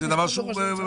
זה דבר שהוא מטריף.